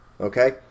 Okay